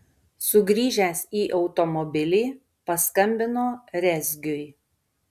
sugrįžęs į automobilį paskambino rezgiui